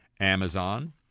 Amazon